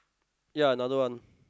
ya another one